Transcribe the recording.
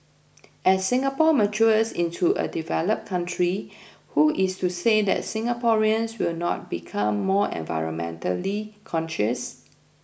as Singapore matures into a developed country who is to say that Singaporeans will not become more environmentally conscious